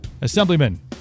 Assemblyman